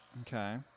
Okay